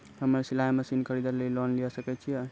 हम्मे सिलाई मसीन खरीदे लेली लोन लिये सकय छियै?